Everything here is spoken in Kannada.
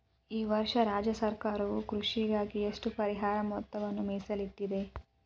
ಈ ವರ್ಷ ರಾಜ್ಯ ಸರ್ಕಾರವು ಕೃಷಿಗಾಗಿ ಎಷ್ಟು ಪರಿಹಾರ ಮೊತ್ತವನ್ನು ಮೇಸಲಿಟ್ಟಿದೆ?